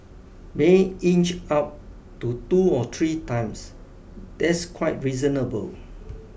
may inch up to two or three times that's quite reasonable